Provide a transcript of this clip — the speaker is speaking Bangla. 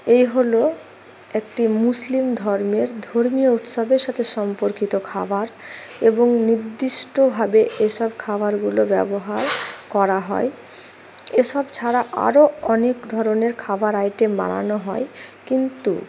এই হলো একটি মুসলিম ধর্মের ধর্মীয় উৎসবের সাথে সম্পর্কিত খাবার এবং নির্দিষ্টভাবে এসব খাবারগুলো ব্যবহার করা হয় এসব ছাড়া আরও অনেক ধরনের খাবার আইটেম বানানো হয় কিন্তু